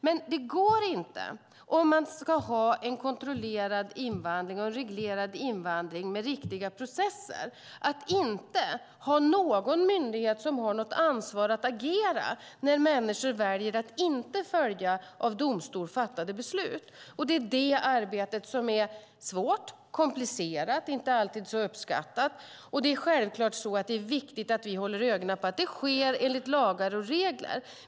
Men det går inte, om man ska ha en kontrollerad och reglerad invandring med riktiga processer, att inte ha någon myndighet som har ansvar att agera när människor väljer att inte följa av domstol fattade beslut. Det arbetet är svårt, komplicerat och inte alltid så uppskattat, och det är självklart så att det är viktigt att vi håller ögonen på att det sker enligt lagar och regler.